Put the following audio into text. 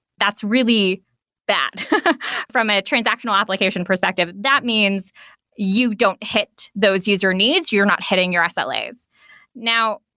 that's really bad from a transactional application perspective. that means you don't hit those user needs. you're not heading your sla's. now,